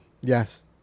Yes